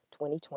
2020